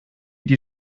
die